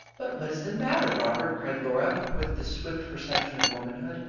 but what is the matter, robert? cried laura, with the swift perception of womanhood.